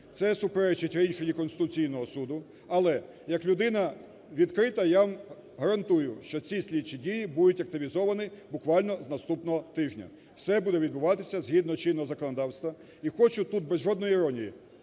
це суперечить рішенню Конституційного суду. Але як людина відкрита я вам гарантую, що ці слідчі дії будуть активізовані буквально з наступного тижня, все буде відбуватися згідно чинного законодавства. І хочу тут без жодної іронії